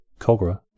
Cogra